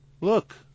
look